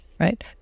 Right